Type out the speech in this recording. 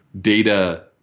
data